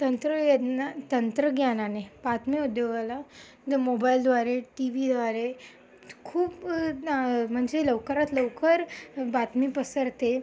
तंत्र यांना तंत्रज्ञानाने बातमी उद्योगाला द मोबाईलद्वारे टीवीद्वारे खूप म्हणजे लवकरात लवकर बातमी पसरते